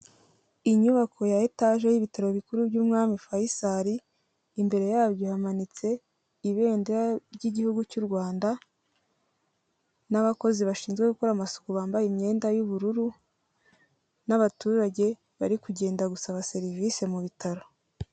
Inyubako ya etaje y'ibitaro bikuru by'Umwami Fayizali, imbere yabyo hamanitse ibendera ry'Igihugu cy'u Rwanda n'abakozi bashinzwe gukora amasuku, bambaye imyenda y'ubururu n'abaturage bari kugenda gusaba serivise mu bitaro.